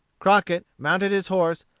crockett mounted his horse,